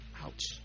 Ouch